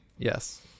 Yes